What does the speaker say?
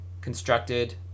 constructed